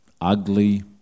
ugly